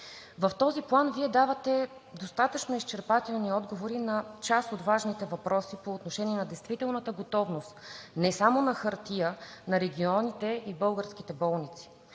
В този план Вие давате достатъчно изчерпателни отговори на част от важните въпроси по отношение на действителната готовност – не само на хартия, на регионите и на българските болници